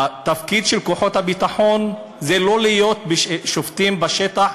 התפקיד של כוחות הביטחון זה לא להיות שופטים בשטח,